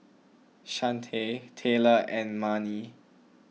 Chante Taylor and Marni